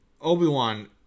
Obi-Wan